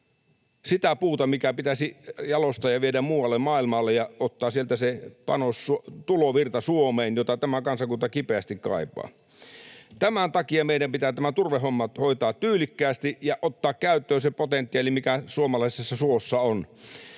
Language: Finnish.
sitä puuta, mikä pitäisi jalostajan viedä muualle maailmalle ja ottaa sieltä se panos, tulovirta, Suomeen, jota tämä kansakunta kipeästi kaipaa. Tämän takia meidän pitää tämä turvehomma hoitaa tyylikkäästi ja ottaa käyttöön se potentiaali, mikä suomalaisessa suossa on.